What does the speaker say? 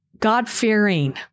God-fearing